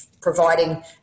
providing